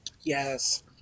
Yes